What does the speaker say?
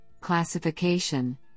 classification